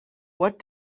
what